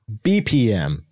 BPM